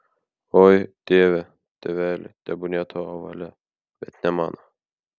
oi tėve tėveli tebūnie tavo valia bet ne mano